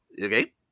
Okay